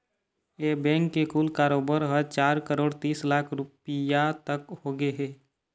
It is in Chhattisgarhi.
ए बेंक के कुल कारोबार ह चार करोड़ तीस लाख रूपिया तक होगे हे